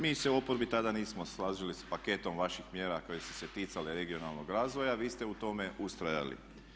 Mi se u oporbi tada nismo složili sa paketom vaših mjera koje su se ticale regionalnog razvoja, vi ste u tome ustrajali.